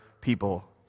people